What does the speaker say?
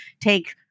take